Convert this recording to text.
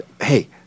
Hey